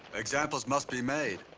examples must be made.